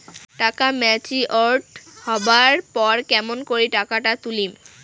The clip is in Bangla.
টাকা ম্যাচিওরড হবার পর কেমন করি টাকাটা তুলিম?